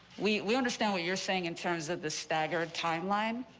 we we understand what you're saying in terms of the staggered timeline.